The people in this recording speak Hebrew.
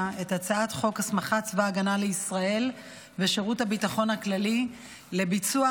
את הצעת חוק הסמכת צבא הגנה לישראל ושירות הביטחון הכללי לביצוע